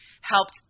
helped